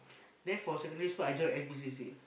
then for secondary school I join N_P_C_C